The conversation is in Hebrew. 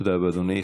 תודה רבה, אדוני.